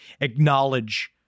acknowledge